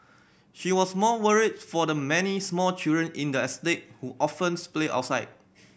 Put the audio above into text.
she was more worried for the many small children in the estate who often play outside